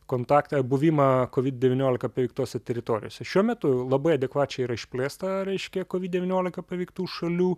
kontaktą buvimą covid devyniolika paveiktose teritorijose šiuo metu labai adekvačiai yra išplėsta reiškia covid devyniolika paveiktų šalių